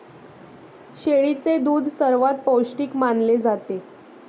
शेळीचे दूध सर्वात पौष्टिक मानले जाते